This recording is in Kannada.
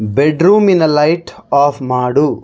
ಬೆಡ್ ರೂಮಿನ ಲೈಟ್ ಆಫ್ ಮಾಡು